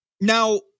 now